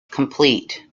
complete